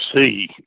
see